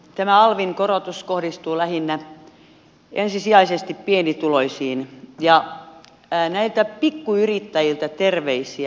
tämä alvin korotus kohdistuu ensisijaisesti pienituloisiin ja näiltä pikkuyrittäjiltä terveisiä